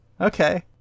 Okay